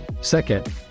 Second